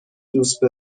دوست